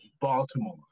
Baltimore